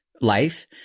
Life